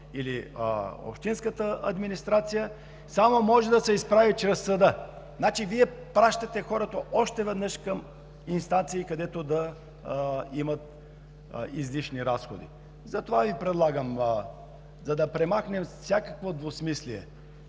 или общинската администрация, може да се изправи само чрез съда. Значи Вие пращате хората още веднъж към инстанции, където да имат излишни разходи! Затова Ви предлагам да премахнем всякакво двусмислие.